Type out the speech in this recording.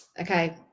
okay